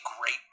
great